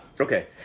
Okay